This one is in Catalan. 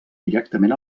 directament